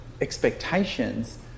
expectations